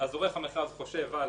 עורך המכרז חושב על